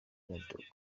ojok